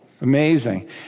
Amazing